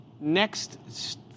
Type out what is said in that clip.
next